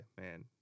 man